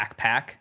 backpack